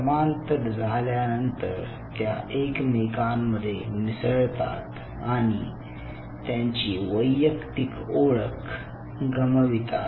समांतर झाल्यानंतर त्या एकमेकांमध्ये मिसळतात आणि त्यांची वैयक्तिक ओळख गमवितात